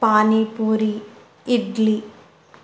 panipuri idli